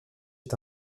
est